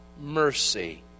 mercy